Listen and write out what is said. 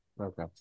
Okay